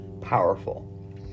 powerful